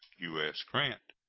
u s. grant.